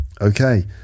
Okay